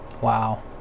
Wow